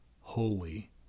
Holy